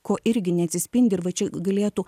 ko irgi neatsispindi ir va čia galėtų